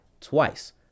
twice